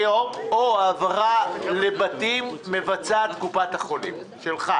או העברה לבתים מבצעת קופת החולים שלך?